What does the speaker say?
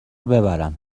ببرن